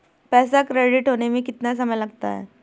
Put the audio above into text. पैसा क्रेडिट होने में कितना समय लगता है?